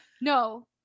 No